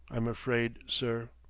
i'm afraid, sir.